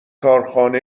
کارخانه